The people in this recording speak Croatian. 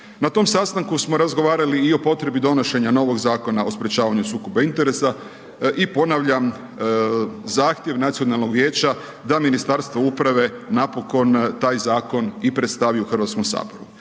Na tom sastanku smo razgovarali i o potrebi donošenja novog Zakona o sprječavanja sukoba interesa, i ponavljam, zahtjev nacionalnog vijeća, da Ministarstvo uprave, napokon taj zakon i predstavi u Hrvatskom saboru.